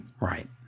Right